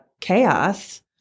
chaos